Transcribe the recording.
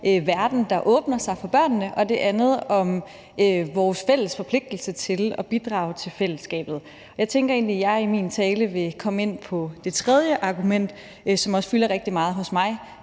verden, der åbner sig for børnene, og det andet handler om vores fælles forpligtelse til at bidrage til fællesskabet. Jeg tænker egentlig, at jeg i min tale vil komme ind på det tredje argument, som også fylder rigtig meget hos mig,